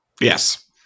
Yes